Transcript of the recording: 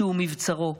שהוא מבצרו,